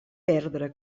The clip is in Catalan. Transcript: perdre